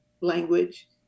language